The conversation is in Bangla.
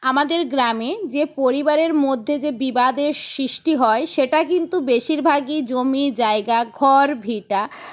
আমাদের গ্রামে যে পরিবারের মধ্যে যে বিবাদের সৃষ্টি হয় সেটা কিন্তু বেশিরভাগই জমি জায়গা ঘর ভিটা